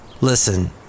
Listen